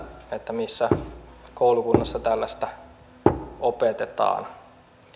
missä koulukunnassa tällaista opetetaan